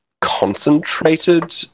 concentrated